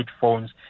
phones